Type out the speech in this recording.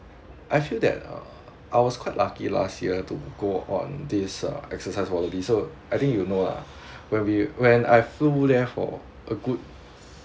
I feel that uh I was quite lucky last year to go on this uh exercise wallaby so I think you know ah when we went I've flew there for a good